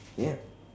ya